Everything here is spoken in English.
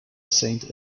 saint